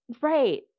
Right